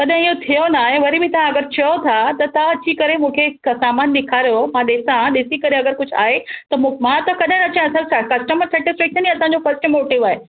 कॾैं इहो थियो नाहे वरी बि तां अगरि चओ था त तां अची करे मुखे सामान ॾेखारियो मां ॾिसां ॾिसी करे अगरि कुछु आहे त मुं मां त कॾैं न चाहियो आहे कस्टमर सेटिस्फेक्शन ई असांजो फर्स्ट मोटिव आहे